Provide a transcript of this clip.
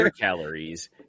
calories